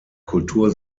kultur